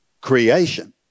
creation